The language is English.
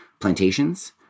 plantations